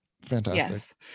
Fantastic